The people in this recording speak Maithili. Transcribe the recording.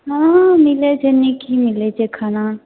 हँ मिलैत छै नीक ही मिलए छै खाना